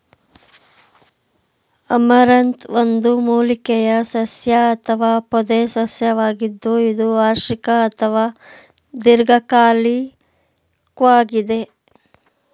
amaranth ಒಂದು ಮೂಲಿಕೆಯ ಸಸ್ಯ ಅಥವಾ ಪೊದೆಸಸ್ಯವಾಗಿದ್ದು ಇದು ವಾರ್ಷಿಕ ಅಥವಾ ದೀರ್ಘಕಾಲಿಕ್ವಾಗಿದೆ